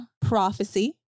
prophecy